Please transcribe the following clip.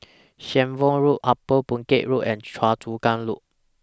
Shenvood Road Upper Boon Keng Road and Choa Chu Kang Loop